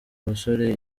abasore